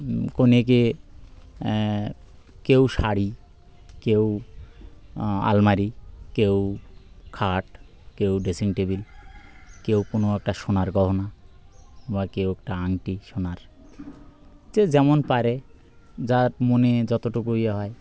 কনেকে কেউ শাড়ি কেউ আলমারি কেউ খাট কেউ ড্রেসিং টেবিল কেউ কোনো একটা সোনার গহনা বা কেউ একটা আংটি সোনার যে যেমন পারে যার মনে যতটুকু ইয়ে হয়